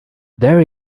there